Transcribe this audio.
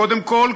קודם כול,